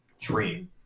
dream